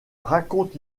raconte